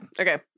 Okay